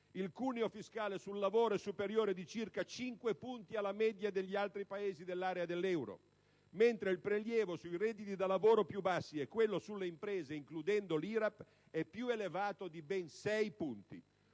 Il cuneo fiscale sul lavoro è superiore di circa 5 punti alla media degli altri Paesi dell'area dell'euro, mentre il prelievo sui redditi da lavoro più bassi e quello sulle imprese, includendo l'IRAP, è più elevato di ben 6 punti.